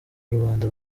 rubanda